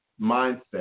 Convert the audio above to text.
mindset